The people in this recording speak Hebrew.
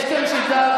יש כאן שיטה,